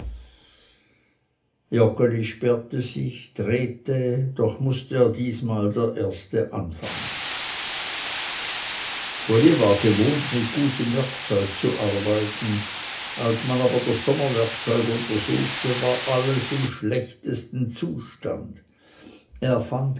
joggeli sperrte sich drehte doch mußte er diesmal der erste anfangen uli war gewohnt mit gutem werkzeug zu arbeiten als man aber das sommerwerkzeug untersuchte war alles im schlechtesten zustande er fand